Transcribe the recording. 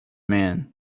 man